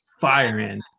firing